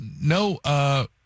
no